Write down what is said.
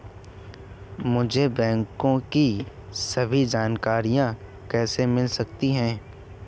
मुझे बैंकों की सभी जानकारियाँ कैसे मिल सकती हैं?